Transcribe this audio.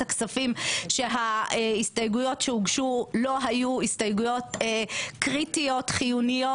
הכספים שההסתייגויות שהוגשו לא היו הסתייגויות קריטיות וחיוניות.